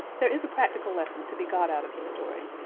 there is a practical lesson to be got out of the story.